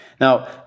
Now